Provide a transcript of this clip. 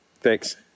thanks